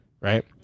right